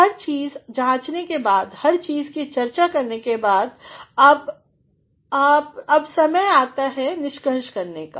हर चीज़ जांचने के बाद हर चीज़ की चर्चा करने के बाद अब समय है निष्कर्ष करने का